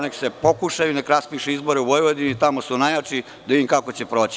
Neka pokušaju, neka raspišu izbore u Vojvodini, tamo su najjači, da vidim kako će proći.